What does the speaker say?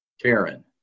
Karen